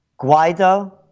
Guaido